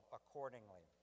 accordingly